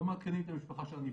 לא מעדכנים את המשפחה של הנפגע.